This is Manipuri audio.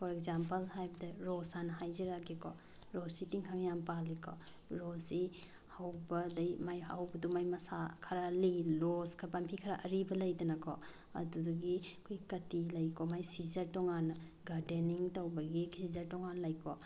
ꯐꯣꯔ ꯑꯦꯛꯖꯥꯝꯄꯜ ꯍꯥꯏꯕꯗ ꯔꯣꯖ ꯍꯥꯟꯅ ꯍꯥꯏꯖꯔꯛꯑꯒꯦꯀꯣ ꯔꯣꯖꯁꯤ ꯇꯤꯡꯈꯪ ꯌꯥꯝ ꯄꯥꯜꯂꯤꯀꯣ ꯔꯣꯖꯁꯤ ꯍꯧꯕꯗꯩ ꯃꯥꯏ ꯍꯧꯕꯗꯨ ꯃꯥꯏ ꯃꯁꯥ ꯈꯔ ꯔꯣꯖꯀ ꯄꯥꯝꯕꯤ ꯈꯔ ꯑꯔꯤꯕ ꯂꯩꯗꯅꯀꯣ ꯑꯗꯨꯗꯒꯤ ꯑꯩꯈꯣꯏ ꯀꯥꯇꯤ ꯂꯩꯀꯣ ꯃꯥꯏ ꯁꯤꯖꯔ ꯇꯣꯉꯥꯟꯅ ꯒꯥꯔꯗꯦꯅꯤꯡ ꯇꯧꯕꯒꯤ ꯁꯤꯖꯔ ꯇꯣꯉꯥꯟꯅ ꯂꯩꯀꯣ